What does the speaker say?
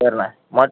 சரிண்ணே மட